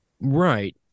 Right